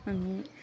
अनि